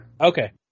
Okay